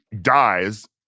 dies